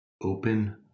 open